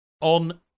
on